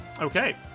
Okay